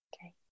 Okay